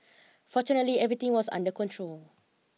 fortunately everything was under control